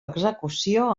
execució